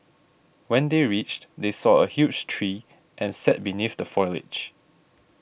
when they reached they saw a huge tree and sat beneath the foliage